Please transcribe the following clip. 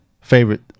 Favorite